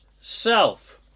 Self